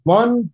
one